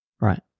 right